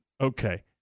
Okay